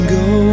go